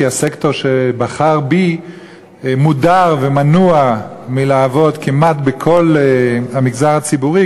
כי הסקטור שבחר בי מודר ומנוע מלעבוד כמעט בכל המגזר הציבורי,